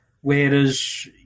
whereas